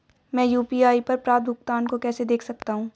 मैं यू.पी.आई पर प्राप्त भुगतान को कैसे देख सकता हूं?